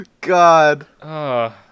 God